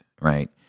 right